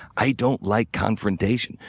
i don't like confrontation.